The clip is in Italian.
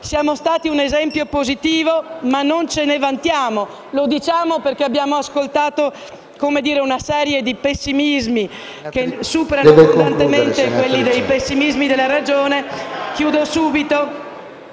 Siamo stati un esempio positivo ma non ce ne vantiamo; lo diciamo perché abbiamo ascoltato una serie di pessimismi che superano abbondantemente i pessimismi della ragione. PRESIDENTE.